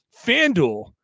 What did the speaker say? FanDuel